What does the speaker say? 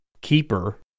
keeper